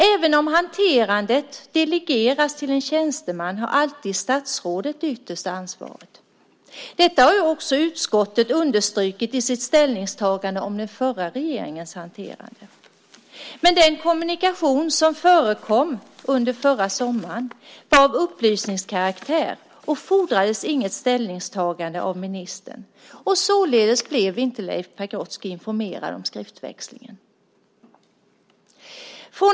Även om hanterandet delegeras till en tjänsteman har statsrådet alltid det yttersta ansvaret. Detta har utskottet också understrukit i sitt ställningstagande till den förra regeringens hanterande. Den kommunikation som förekom förra sommaren var av upplysningskaraktär och fordrade inget ställningstagande av ministern. Således blev inte Leif Pagrotsky informerad om skriftväxlingen.